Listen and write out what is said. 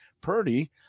Purdy